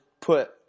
put